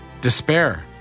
Despair